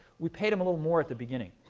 we paid them a little more at the beginning.